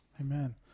Amen